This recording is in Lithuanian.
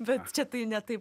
bet čia tai ne taip